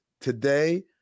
today